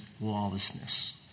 lawlessness